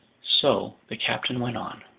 so, the captain went on,